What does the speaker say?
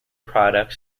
products